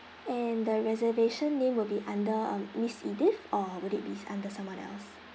and the reservation name will be under um miss edith or would it be under someone else